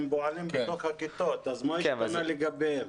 הם פועלים בתוך הכיתות והשאלה היא מה השתנה לגביהם.